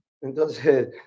Entonces